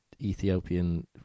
Ethiopian